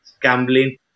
gambling